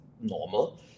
normal